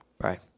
Right